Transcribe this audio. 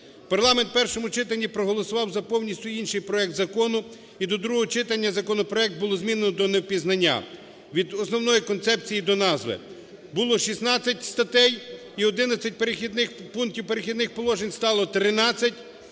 Парламент в першому читанні проголосував за повністю інший проект закону, і до другого читання законопроект було змінено до невпізнання від основної концепції до назви. Було 16 статей і 11 "перехідних", пунктів "перехідних положень", стало 13